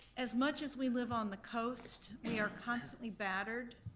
as much as we live on the coast, we are constantly battered,